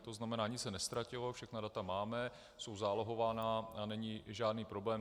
To znamená, nic se neztratilo, všechna data máme, jsou zálohována a není žádný problém.